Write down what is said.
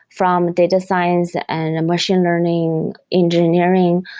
from data science and machine learning engineering,